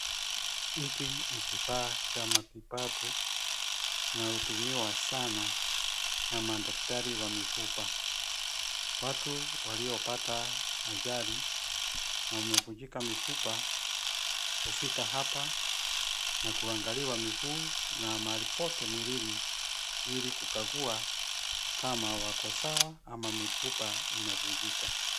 Hiki ni kifaa cha matibabu, kinaotumiwa sana na madaktari wa mifupa. Watu waliopata ajali na wamevunjika mifupa hufika hapa na kuangaliwa miguu na mahali pote mwilini ili kukagua kama wako sawa ama mifupa imevunjika.